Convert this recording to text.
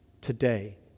today